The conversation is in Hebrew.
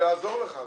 באתי לעזור לך.